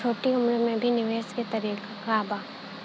छोटी उम्र में भी निवेश के तरीका क बा?